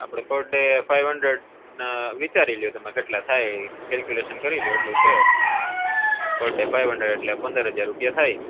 આપડે per day five hundred અ વિચારીલો તમે કેટલા થાય કેલક્યુંલેસન કરી લો એટલું છે પર ડે ફાઇવ હંડ્રેટ એટલે પંદર હજાર રૂપિયા થાય